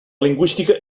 lingüística